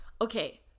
Okay